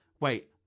wait